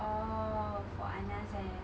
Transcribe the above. orh for Anas eh